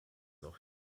auch